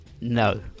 No